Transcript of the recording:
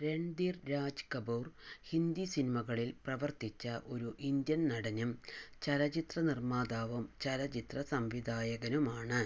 രൺധീർ രാജ് കപൂർ ഹിന്ദി സിനിമകളിൽ പ്രവർത്തിച്ച ഒരു ഇന്ത്യൻ നടനും ചലച്ചിത്ര നിർമ്മാതാവും ചലച്ചിത്ര സംവിധായകനുമാണ്